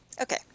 okay